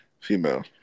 female